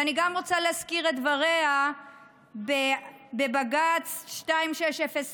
ואני גם רוצה להזכיר את דבריה בבג"ץ 2605/05,